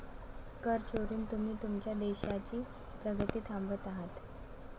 कर चोरून तुम्ही तुमच्या देशाची प्रगती थांबवत आहात